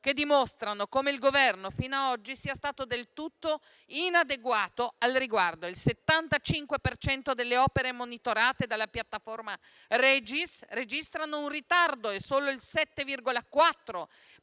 che dimostrano come il Governo, fino a oggi, sia stato del tutto inadeguato al riguardo. Il 75 per cento delle opere monitorate dalla piattaforma ReGis registra un ritardo e solo il 7,4